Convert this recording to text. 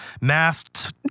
masked